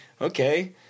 okay